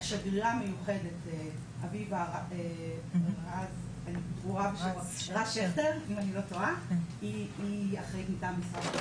השגרירה המיוחדת אביבה רז שכטר היא אחראית מטעם משרד החוץ